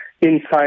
inside